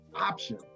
option